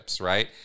right